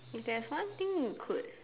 if there's one thing you could